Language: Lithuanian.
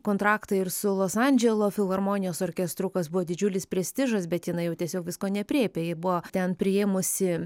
kontraktą ir su los andželo filharmonijos orkestru kas buvo didžiulis prestižas bet jinai tiesiog visko neaprėpia ji buvo ten priėmusi